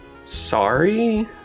Sorry